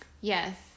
yes